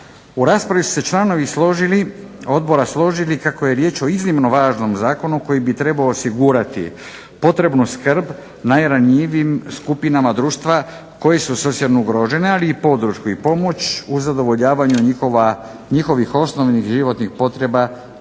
U raspravi su se članovi odbora složili kako je riječ o iznimno važnom zakonu koji bi trebao osigurati potrebnu skrb najranjivijim skupinama društva koje su socijalno ugrožene, ali i podršku i pomoć u zadovoljavanju njihovih osnovnih životnih potreba